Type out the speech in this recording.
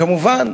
כמובן,